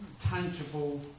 tangible